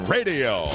Radio